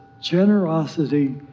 generosity